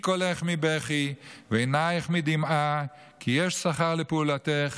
קולך מבכי ועיניך מדמעה כי יש שכר לפעלתך,